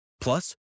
Plus